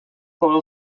loyal